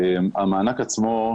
המענק עצמו,